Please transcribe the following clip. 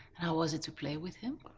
how was it to play with him?